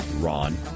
Ron